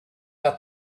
out